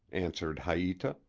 answered haita,